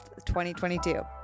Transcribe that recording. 2022